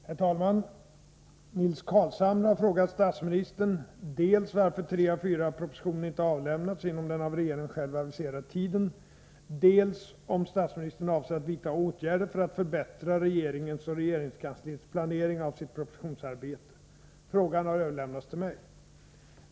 Herr talman! Nils Carlshamre har frågat statsministern dels varför tre av fyra propositioner inte avlämnats inom den av regeringen själv aviserade tiden, dels om statsministern avser att vidta åtgärder för att förbättra regeringens och regeringskansliets planering av sitt propositionsarbete. Frågan har överlämnats till mig.